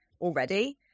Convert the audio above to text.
already